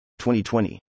2020